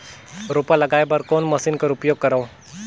रोपा लगाय बर कोन मशीन कर उपयोग करव?